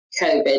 COVID